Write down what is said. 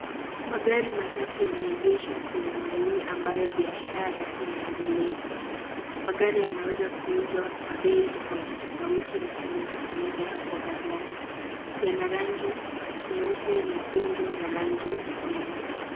Magari matatu yameegeshwa sehemu hii, ambayo biashara inaendelezwa. Magari yanaweza kuuzwa kwa bei tofautitofauti na kuleta faida hapo baadae, yana rangi nyeupe, nyekundu na rangi nyeusi.